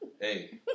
Hey